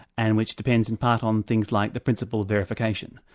and which depends in part on things like the principle of verification,